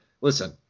listen